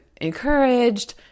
encouraged